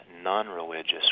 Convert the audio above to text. non-religious